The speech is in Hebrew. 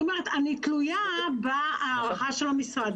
אני תלויה בהארכה של המשרד.